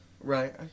right